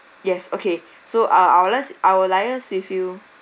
yes okay so uh I will I will liase with you